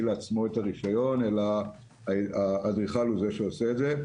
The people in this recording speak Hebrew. לעצמו את הרישיון אלא האדריכל הוא זה שעושה את זה.